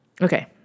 Okay